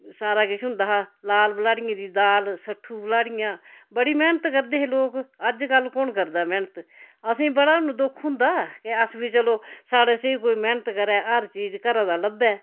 सारा किश होंदा हा लाल बलाड़ियें दी दाल सट्ठु बलाड़ियां बड़ी मैह्नत करदे हे लोक अज्जकल कु'न करदा मैह्नत असेंई बड़ा हून दुक्ख होंदा कि अस बी चलो साढ़ै आस्तै बी कोई मैह्नत करै ते हर चीज घरै दी लब्भै